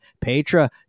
Petra